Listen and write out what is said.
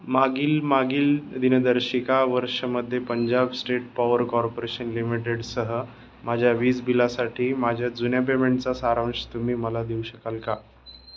मागील मागील दिनदर्शिका वर्षमध्ये पंजाब स्टेट पॉवर कॉर्पोरेशन लिमिटेडसह माझ्या वीज बिलासाठी माझ्या जुन्या पेमेंटचा सारांश तुम्ही मला देऊ शकाल का